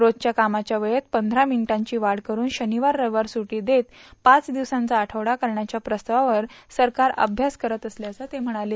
रोजच्या कामाच्या वेळेत पंषरा मिनिटांची वाढ करून शनिवार रविवार सुटी देत पाच दिवसांचा आठवडा करण्याच्या प्रस्तावावर सरकार अभ्यास करत असल्याचंही ते म्हणाले